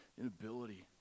inability